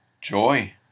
joy